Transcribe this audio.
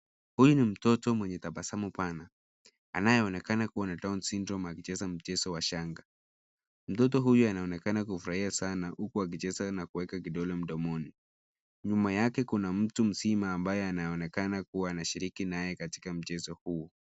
Huyu ni mtoto mwenye tabasamu pana, anayeonekana kuwa na down syndrome akicheza mchezo wa shanga. Mtoto huyu anaonekana kufurahia sana huku akicheza na kuweka kidole mdomoni. Nyuma yake kuna mtu mzima ambaye anaonekana kuwa anashiriki naye katika mchezo huu.